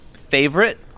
favorite